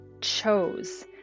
chose